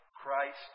Christ